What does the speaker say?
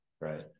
right